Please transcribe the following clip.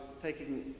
taking